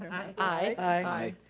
aye.